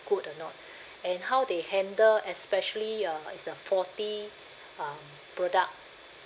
good or not and how they handle especially uh it's a faulty um product